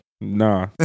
nah